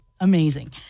Amazing